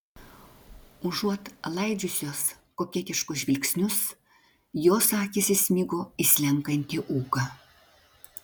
užuot laidžiusios koketiškus žvilgsnius jos akys įsmigo į slenkantį ūką